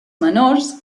menors